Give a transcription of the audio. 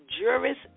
Juris